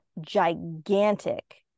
gigantic